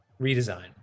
redesign